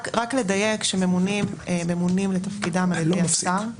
רק לדייק שממונים לתפקידם על ידי השר.